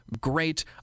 great